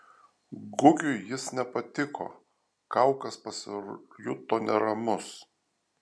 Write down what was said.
gugiui jis nepatiko kaukas pasijuto neramus